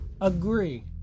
agree